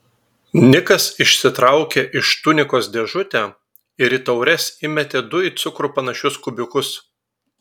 nikas išsitraukė iš tunikos dėžutę ir į taures įmetė du į cukrų panašius kubiukus